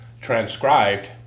transcribed